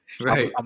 right